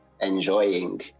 enjoying